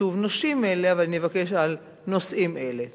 כתוב "נושים אלה", אבל אני אבקש "על נושאים אלה".